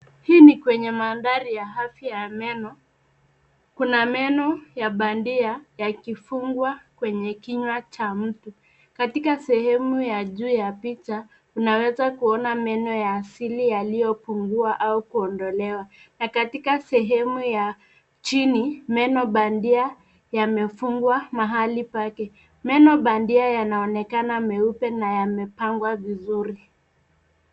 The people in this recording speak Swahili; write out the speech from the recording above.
Hii ni kwenye mandhari ya afya ya meno. Kuna meno ya bandia yakifungwa kwenye kinywa cha mtu. Katika sehemu ya juu ya picha, unaweza kuona meno ya asili yaliyo pungua au kuondolewa. Na katika sehemu ya chini, meno bandia yamefungwa mahali pake. Meno bandia yananeonekana meupe na yamepangwa vizuri.